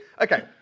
okay